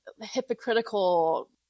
hypocritical